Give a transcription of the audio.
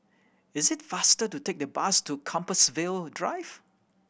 it's faster to take the bus to Compassvale Drive